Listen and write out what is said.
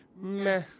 Meh